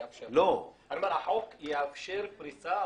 יחיא (הרשימה המשותפת): החוק יאפשר פריסה.